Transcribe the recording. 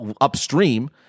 upstream